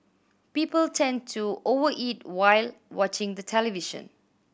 people tend to over eat while watching the television